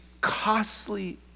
costly